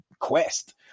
Quest